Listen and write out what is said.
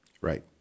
Right